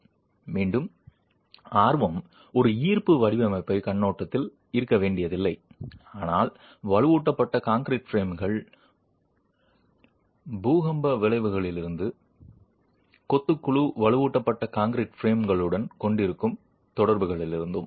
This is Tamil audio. மீண்டும் ஆர்வம் ஒரு ஈர்ப்பு வடிவமைப்புக் கண்ணோட்டத்தில் இருக்க வேண்டியதில்லை ஆனால் வலுவூட்டப்பட்ட கான்கிரீட் பிரேம்களில் பூகம்ப விளைவுகளிலிருந்தும் கொத்து குழு வலுவூட்டப்பட்ட கான்கிரீட் பிரேம்களுடன் கொண்டிருக்கும் தொடர்புகளிலிருந்தும்